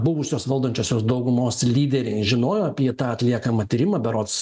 buvusios valdančiosios daugumos lyderiai žinojo apie tą atliekamą tyrimą berods